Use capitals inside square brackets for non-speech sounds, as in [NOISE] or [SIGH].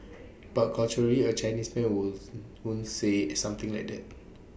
but culturally A Chinese man [UNINTELLIGIBLE] wouldn't say something like that